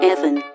Evan